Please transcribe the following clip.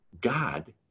God